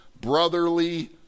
brotherly